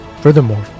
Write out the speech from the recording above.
Furthermore